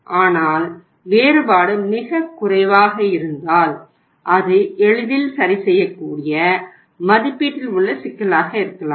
ஆனால் வேறுபாடு மிகக் குறைவாக இருந்தால் அது எளிதில் சரிசெய்யக்கூடிய மதிப்பீட்டில் உள்ள சிக்கலாக இருக்கலாம்